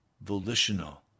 volitional